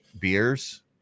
beers